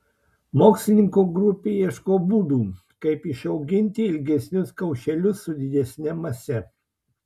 mokslininkų grupė ieško būdų kaip išauginti ilgesnius kaušelius su didesne mase